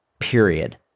period